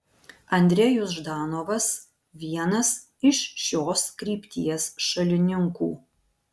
andrejus ždanovas vienas iš šios krypties šalininkų